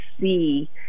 see